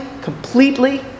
completely